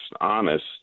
honest